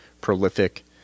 prolific